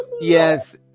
yes